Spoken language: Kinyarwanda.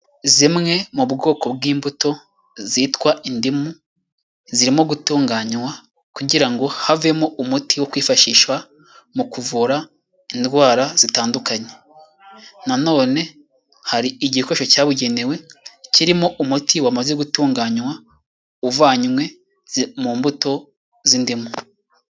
Zimwe mu bwoko bw'imbuto zitwa indimu, zirimo gutunganywa kugira ngo havemo umuti wo kwifashishwa mu kuvura indwara zitandukanye, nanone hari igikoresho cyabugenewe kirimo umuti wamaze gutunganywa uvanywe mu mbuto z'indimu.